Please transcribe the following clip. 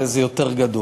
זה יותר גדול.